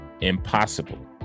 impossible